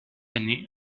année